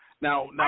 now